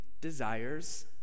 desires